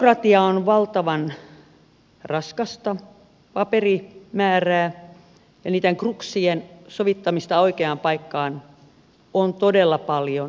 byrokratia on valtavan raskasta paperimäärää ja niiden kruksien sovittamista oikeaan paikkaan on todella paljon